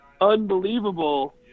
unbelievable